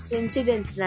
incidents